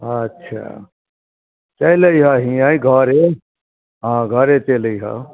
अच्छा चैलि अइहऽ हियें घरे हँ घरे चैलि अइहऽ